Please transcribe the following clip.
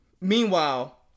Meanwhile